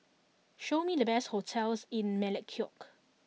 show me the best hotels in Melekeok